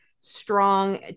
strong